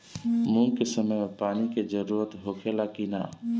मूंग के समय मे पानी के जरूरत होखे ला कि ना?